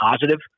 positive